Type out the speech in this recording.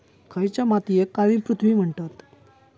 खयच्या मातीयेक काळी पृथ्वी म्हणतत?